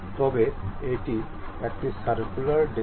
তবে এটি একটি সার্ক্যুলার ডিস্ক